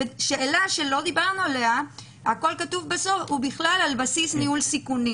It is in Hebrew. שאלה שלא דיברנו עליה: "ובכלל על בסיס ניהול סיכונים"